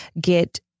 get